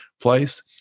place